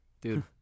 Dude